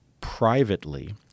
privately